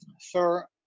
sir